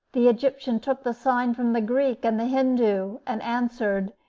the egyptian took the sign from the greek and the hindoo, and answered,